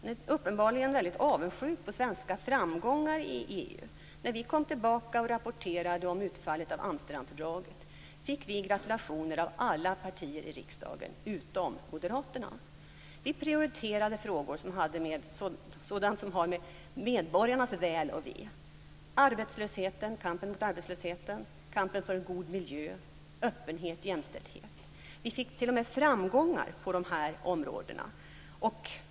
Han är uppenbarligen mycket avundsjuk på svenska framgångar i EU. När vi kom tillbaka och rapporterade om utfallet av Amsterdamfördraget fick vi gratulationer av alla partier i riksdagen utom av Moderaterna. Vi prioriterade frågor som har med medborgarnas väl och ve att göra - kampen mot arbetslösheten, kampen för en god miljö, öppenhet, jämställdhet. Vi fick t.o.m. framgångar på dessa områden.